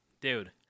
Dude